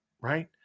Right